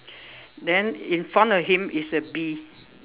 then in front of him is a bee